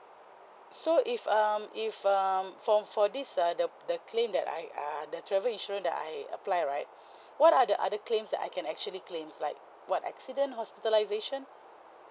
so if um if um for for this uh the the claim that I err the travel insurance that I apply right what are the other claims that I can actually claims like what accident hospitalisation